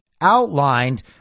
outlined